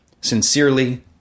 Sincerely